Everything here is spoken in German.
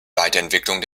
weiterentwicklung